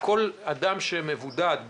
מתוך